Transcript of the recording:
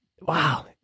wow